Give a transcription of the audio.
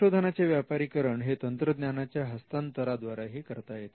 संशोधनाचे व्यापारीकरण हे तंत्रज्ञानाच्या हस्तांतरा द्वारे साध्य करता येते